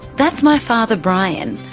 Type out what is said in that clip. that's my father brian,